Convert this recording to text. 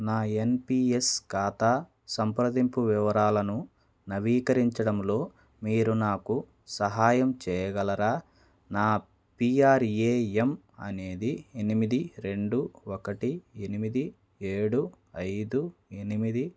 నా ఎన్పీఎస్ ఖాతా సంప్రదింపు వివరాలను నవీకరించడంలో మీరు నాకు సహాయం చేయగలరా నా పీఆర్ఏఎమ్ అనేది ఎనిమిది రెండు ఒకటి ఎనిమిది ఏడు ఐదు ఎనిమిది